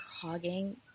hogging